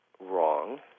wrong